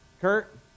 Kurt